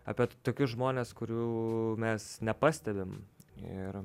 apie tokius žmones kurių mes nepastebim ir